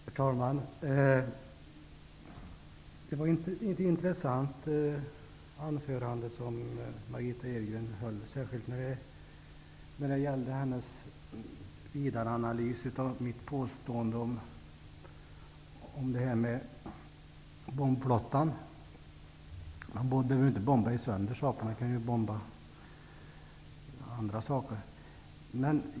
Herr talman! Det var ett intressant anförande som Margitta Edgren höll. Särskilt gällde det hennes vidareanalys av mitt påstående om bombflottan. Man behöver inte bomba sönder saker, man kan bomba andra företeelser.